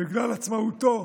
בגלל עצמאותו,